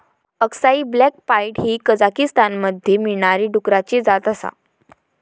अक्साई black pied ही कझाकीस्तानमध्ये मिळणारी डुकराची जात आसा